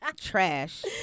Trash